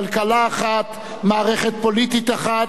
מערכת פוליטית אחת ואדמה אחת.